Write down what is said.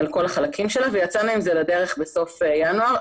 על כל החלקים שלה, ויצאנו עם זה לדרך בסוף ינואר.